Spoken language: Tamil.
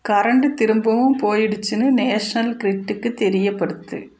கரண்டு திரும்பவும் போயிடுச்சுன்னு நேஷ்னல் க்ரிட்டுக்கு தெரியப்படுத்து